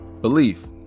Belief